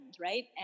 right